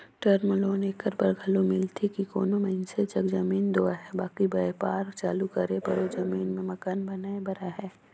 term loan एकर बर घलो मिलथे कि कोनो मइनसे जग जमीन दो अहे बकि बयपार चालू करे बर ओ जमीन में मकान बनाए बर अहे